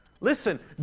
Listen